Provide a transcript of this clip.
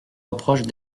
reprochent